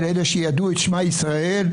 מה התשובה לשאלה שלי?